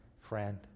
friend